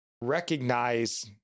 recognize